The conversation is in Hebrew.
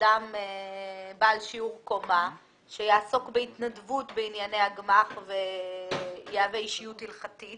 אדם בעל שיעור קומה שיעסוק בהתנדבות בענייני הגמ"ח ויהווה אישיות הלכתית